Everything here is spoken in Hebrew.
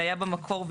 שהיה במקור,